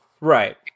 right